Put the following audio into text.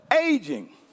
aging